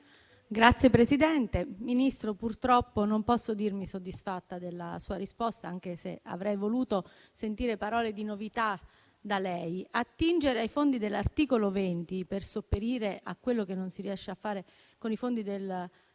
*(M5S)*. Signora Ministro, purtroppo non posso dirmi soddisfatta della sua risposta, anche se avrei voluto sentire parole di novità da lei. Attingere ai fondi dell'articolo 20 per sopperire a quello che non si riesce a fare con i fondi del